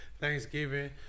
Thanksgiving